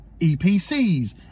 EPCs